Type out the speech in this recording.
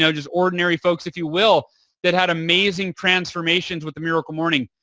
so just ordinary folks if you will that had amazing transformations with the miracle morning.